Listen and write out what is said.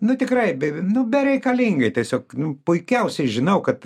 nu tikrai nu bereikalingai tiesiog nu puikiausiai žinau kad